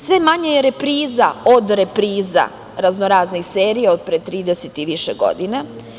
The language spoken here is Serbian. Sve manje je repriza od repriza raznoraznih serija od pre 30 i više godina.